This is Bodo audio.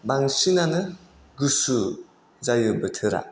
बांसिनानो गुसु जायो बोथोरा